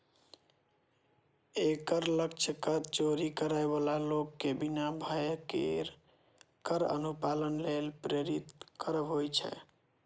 एकर लक्ष्य कर चोरी करै बला लोक कें बिना भय केर कर अनुपालन लेल प्रेरित करब होइ छै